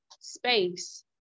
space